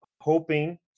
hoping